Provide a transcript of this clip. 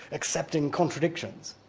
accepting contradictions.